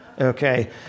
okay